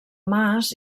mas